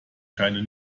keine